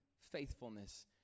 faithfulness